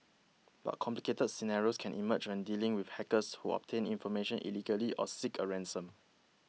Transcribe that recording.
but complicated scenarios can emerge when dealing with hackers who obtain information illegally or seek a ransom